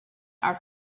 are